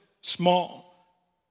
small